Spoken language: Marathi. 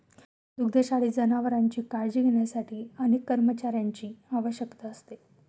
दुग्धशाळेत जनावरांची काळजी घेण्यासाठी अनेक कर्मचाऱ्यांची आवश्यकता असते